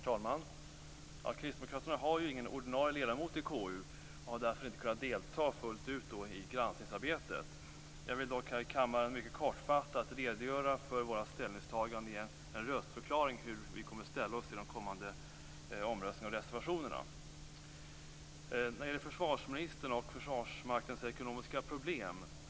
Herr talman! Kristdemokraterna har ingen ordinarie ledamot i KU och har därför inte kunnat delta fullt ut i granskningsarbetet. Jag vill dock här i kammaren mycket kortfattat redogöra för våra ställningstaganden och ge en röstförklaring till hur vi kommer att ställa oss till de kommande omröstningarna och reservationerna. Först gäller det försvarsministern och Försvarsmaktens ekonomiska problem.